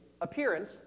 appearance